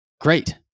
Great